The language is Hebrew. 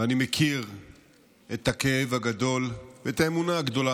אני מכיר את הכאב הגדול ואת האמונה הגדולה,